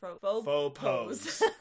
Faux-pose